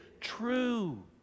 true